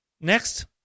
Next